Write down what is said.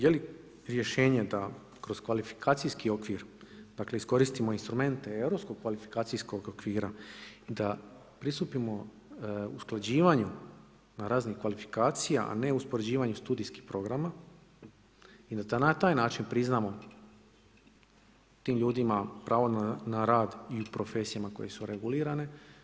Je li rješenje da kroz kvalifikacijski okvir, dakle, iskoristimo instrumente europskog kvalifikacijskog okvira da pristupimo usklađivanju na raznim kvalifikacija a ne uspoređivanju studijskih programa i da na taj način priznamo tim ljudima pravo na rad i profesijama koje su regulirane.